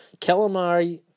Calamari